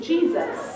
Jesus